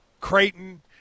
Creighton